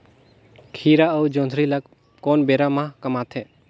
खीरा अउ जोंदरी ल कोन बेरा म कमाथे?